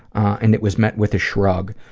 and it was met with a shrug.